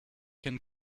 can